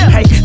Hey